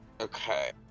Okay